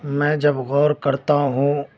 میں جب غور کرتا ہوں